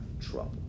trouble